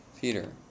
Peter